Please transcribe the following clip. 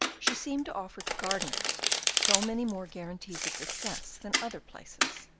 she seemed to offer to gardeners so many more guarantees of success than other places,